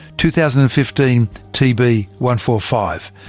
two thousand and fifteen t b one four five,